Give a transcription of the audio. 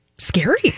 scary